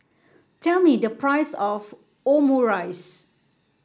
tell me the price of Omurice